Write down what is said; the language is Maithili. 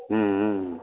हुँ हुँ